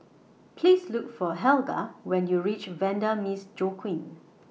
Please Look For Helga when YOU REACH Vanda Miss Joaquim